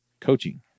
coaching